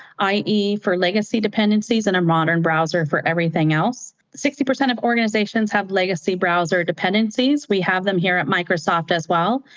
ie for legacy dependencies and a modern browser for everything else. sixty percent of organizations have legacy browser dependencies. we have them here at microsoft as well.